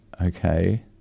Okay